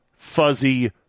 fuzzy